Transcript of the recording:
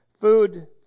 food